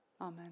Amen